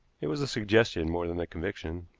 it was a suggestion more than a conviction.